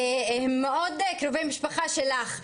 הם מאוד קרובי משפחה שלך,